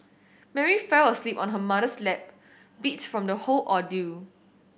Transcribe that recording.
Mary fell asleep on her mother's lap beat from the whole ordeal